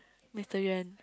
Mister Yuen